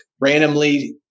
randomly